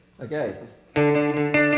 Okay